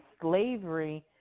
slavery